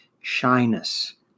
shyness